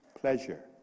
Pleasure